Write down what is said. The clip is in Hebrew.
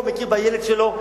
או מכיר בילד שלו,